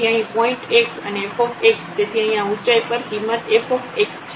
તેથી અહીં પોઇન્ટ xઅને f તેથી અહીં આ ઊંચાઈ પર કિંમત fછે